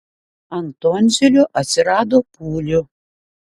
ant tonzilių atsirado pūlių